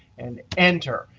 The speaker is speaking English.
and enter.